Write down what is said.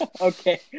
Okay